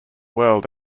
world